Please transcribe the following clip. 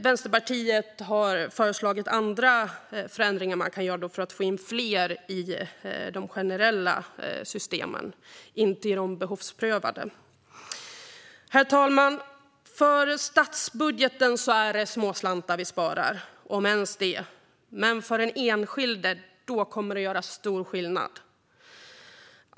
Vänsterpartiet har i stället föreslagit förändringar för att få in fler i de generella systemen, inte i de behovsprövade. Herr talman! För statsbudgeten är det småslantar vi sparar, om ens det, men för den enskilde kommer det att bli stor skillnad.